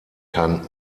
kann